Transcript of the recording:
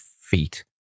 feet